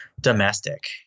domestic